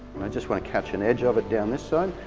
just want to capture an edge of it down this side.